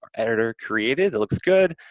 editor created, that looks good.